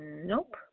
Nope